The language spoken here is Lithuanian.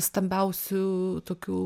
stambiausių tokių